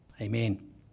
Amen